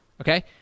Okay